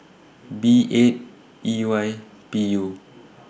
B eight E Y P U